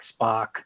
Spock